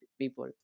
people